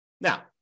Now